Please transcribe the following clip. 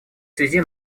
связи